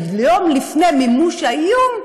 יום לפני מימוש האיום,